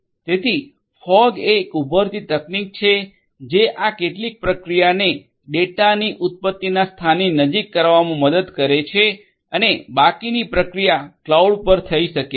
તેથી ફોગ એ એક ઉભરતી તકનીક છે જે આ કેટલીક પ્રક્રિયાને ડેટાની ઉત્પત્તિના સ્થાનની નજીક કરવામાં મદદ કરે છે અને બાકીની પ્રક્રિયા ક્લાઉડ પર થઈ શકે છે